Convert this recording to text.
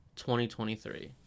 2023